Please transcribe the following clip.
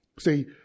See